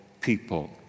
people